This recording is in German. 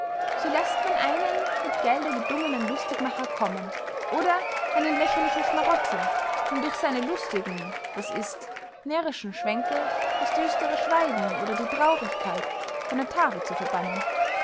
so läßt man einen mit gelde gedungenen lustigmacher kommen oder einen lächerlichen schmarotzer um durch seine lustigen das ist närrischen schwänke das düstere schweigen oder die traurigkeit von der tafel zu verbannen